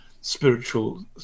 spiritual